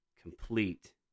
complete